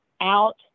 out